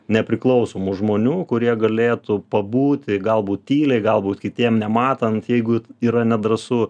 nepriklausomų žmonių kurie galėtų pabūti galbūt tyliai galbūt kitiem nematant jeigu yra nedrąsu